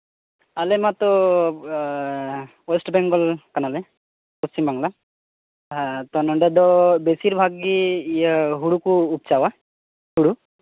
ᱟᱞᱮᱢᱟᱛᱚ West Bengal ᱠᱟᱱᱟᱞᱮ ᱯᱚᱪᱷᱤᱢ ᱵᱟᱝᱞᱟ ᱦᱮᱸ ᱱᱚᱰᱮ ᱫᱚ ᱵᱮᱥᱤᱨᱵᱷᱟᱜᱽ ᱜᱮ ᱦᱳᱲᱳ ᱠᱚ ᱩᱯᱪᱟᱣᱟ ᱦᱳᱲᱳ